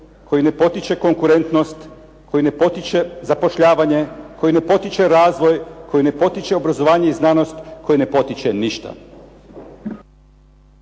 koji ne potiče konkurentnost, koji ne potiče zapošljavanje, koji ne potiče razvoj, koji ne potiče obrazovanje i znanost, koji ne potiče ništa?